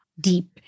deep